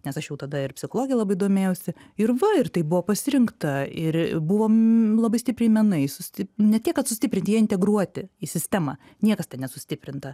nes aš jau tada ir psichologija labai domėjausi ir va ir tai buvo pasirinkta ir buvom labai stipriai menai susti ne tiek kad sustiprinti jie integruoti į sistemą niekas ten nesustiprinta